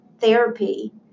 therapy